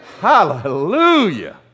Hallelujah